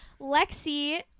Lexi